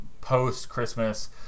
post-Christmas